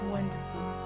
Wonderful